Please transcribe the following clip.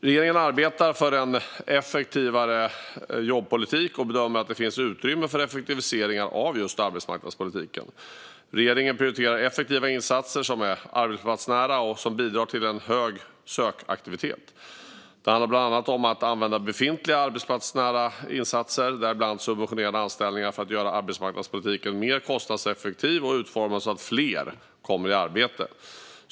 Regeringen arbetar för en effektivare jobbpolitik och bedömer att det finns utrymme för effektiviseringar av just arbetsmarknadspolitiken. Regeringen prioriterar effektiva insatser som är arbetsplatsnära och som bidrar till en hög sökaktivitet. Det handlar bland annat om att använda befintliga arbetsplatsnära insatser, däribland subventionerade anställningar, för att göra arbetsmarknadspolitiken mer kostnadseffektiv och utformad så att fler kommer i arbete.